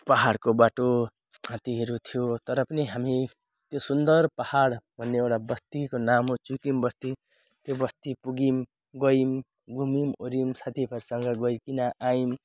पहाडको बाटो हात्तीहरू थियो तर पनि हामी त्यो सुन्दर पहाड भन्ने एउटा बस्तीको नाम हो चुइकिम बस्ती त्यो बस्ती पुग्यौँ गयौँ घुम्यौँ वर्यौँ साथी भाइसँग गईकन आयौँ